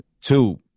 Two